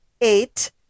eight